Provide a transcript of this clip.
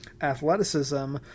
athleticism